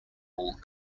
old